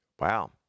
wow